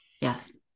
Yes